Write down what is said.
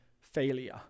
failure